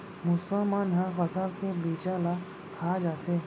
मुसवा मन ह फसल के बीजा ल खा जाथे